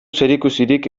zerikusirik